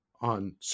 on